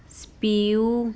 C P U